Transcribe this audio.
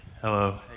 Hello